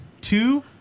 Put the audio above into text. Two